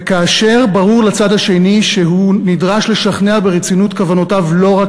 וכאשר ברור לצד השני שהוא נדרש לשכנע ברצינות כוונותיו לא רק